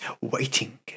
waiting